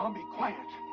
um be quiet!